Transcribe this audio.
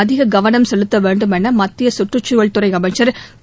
அதிக கவனம் செலுத்த வேண்டும் என மத்திய கற்றுச்சூழல் துறை அமைச்சர் திரு